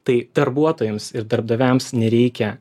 tai darbuotojams ir darbdaviams nereikia